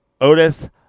Otis